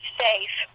safe